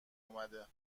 اومده